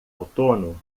outono